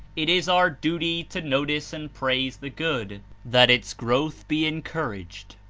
it is our duty to notice and praise the good that its growth be encouraged.